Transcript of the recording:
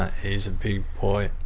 he's a big boy.